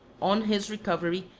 on his recovery,